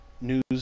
news